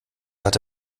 hatte